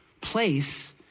place